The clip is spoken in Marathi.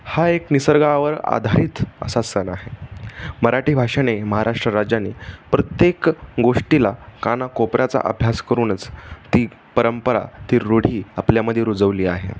हा एक निसर्गावर आधारित असा सण आहे मराठी भाषेने महाराष्ट्र राज्याने प्रत्येक गोष्टीला कानाकोपऱ्याचा अभ्यास करूनच ती परंपरा ती रूढी आपल्यामध्ये रुजवली आहे